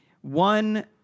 One